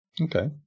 Okay